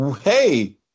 Hey